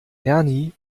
ernie